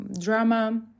drama